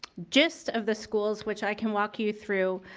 gist of the schools, which i can walk you through,